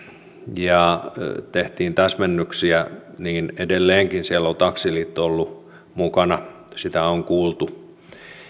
ja tehtiin täsmennyksiä niin edelleenkin on taksiliitto ollut mukana sitä on kuultu